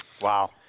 Wow